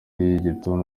y’igituntu